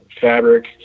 fabric